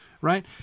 right